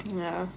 ya